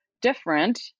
different